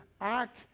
act